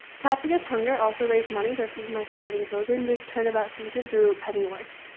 tasks against hunger also raise money for feed my starving children this turnabout season through petty wars,